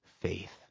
faith